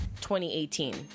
2018